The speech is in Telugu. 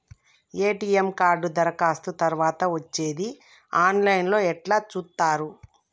ఎ.టి.ఎమ్ కార్డు దరఖాస్తు తరువాత వచ్చేది ఆన్ లైన్ లో ఎట్ల చూత్తరు?